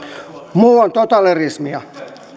muu on totalitarismia